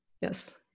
yes